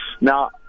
Now